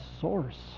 source